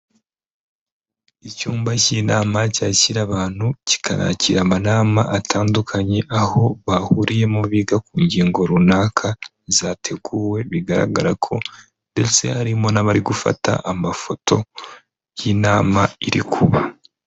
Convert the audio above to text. Icyumba cy'inama cyakira abantu kikanakira amanama atandukanye, aho bahuriyemo biga ku ngingo runaka zateguwe, bigaragara ko ndetse harimo n'abari gufata amafoto y'inama iri kuba.